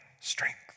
strength